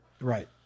Right